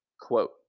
quote